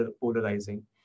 polarizing